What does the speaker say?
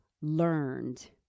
learned